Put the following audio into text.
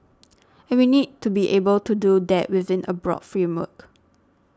and we need to be able to do that within a broad framework